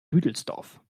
büdelsdorf